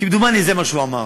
כמדומני זה מה שהוא אמר.